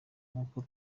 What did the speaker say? nk’uko